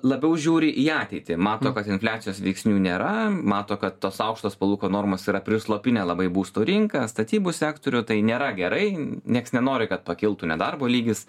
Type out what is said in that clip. labiau žiūri į ateitį mato kad infliacijos veiksnių nėra mato kad tos aukštos palūkanų normos yra prislopinę labai būstų rinką statybų sektorių tai nėra gerai nieks nenori kad pakiltų nedarbo lygis